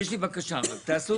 יש לי בקשה רק.